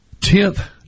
Tenth